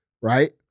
Right